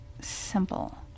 simple